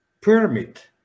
permit